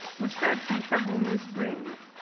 was spurred from several new springs,